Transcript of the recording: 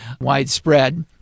widespread